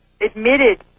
admitted